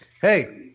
Hey